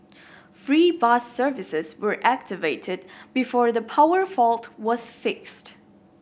free bus services were activated before the power fault was fixed